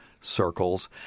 circles